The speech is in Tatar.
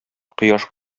кояш